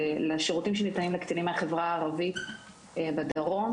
לשירותים שניתנים לקטינים מהחברה הערבית בדרום.